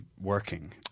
working